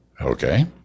Okay